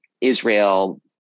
Israel